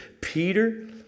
Peter